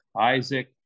isaac